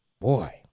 boy